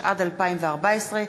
התשע"ד 2014,